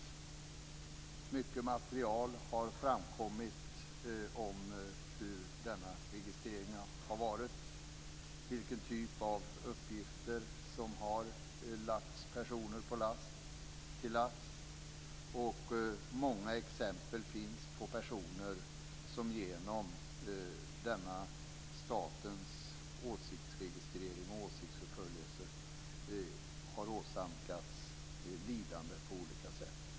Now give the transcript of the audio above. Mycket material har framkommit om hur denna registrering har varit, vilken typ av uppgifter som har lagts personer till last. Många exempel finns på personer som genom denna statens åsiktsregistrering och åsiktsförföljelse har åsamkats lidande på olika sätt.